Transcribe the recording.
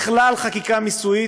בכלל, חקיקה מסויית,